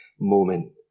moment